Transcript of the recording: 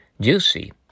Juicy